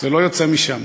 זה לא יוצא משם.